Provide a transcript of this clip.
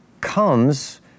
comes